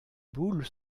boules